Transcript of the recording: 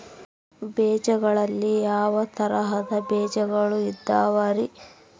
ಬೇಜಗಳಲ್ಲಿ ಯಾವ ತರಹದ ಬೇಜಗಳು ಅದವರಿ?